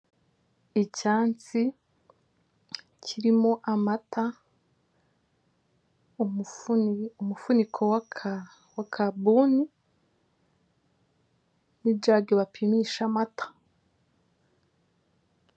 Icyansi kirimo amata umufuniko w'akabuni nijage bapimisha amata.